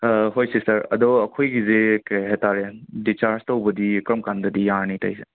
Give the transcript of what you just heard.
ꯍꯣꯏ ꯁꯤꯁꯇꯔ ꯑꯗꯣ ꯑꯩꯈꯣꯏꯒꯤꯁꯦ ꯀꯩ ꯍꯥꯏ ꯇꯥꯔꯦ ꯗꯤꯆꯥꯔꯁ ꯇꯧꯕꯗꯤ ꯀꯔꯝ ꯀꯥꯟꯗꯗꯤ ꯌꯥꯅꯤ ꯇꯧꯔꯤꯁꯦ